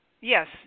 yes